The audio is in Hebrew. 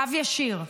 קו ישיר,